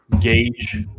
gauge